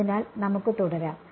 അതിനാൽ നമുക്ക് തുടരാം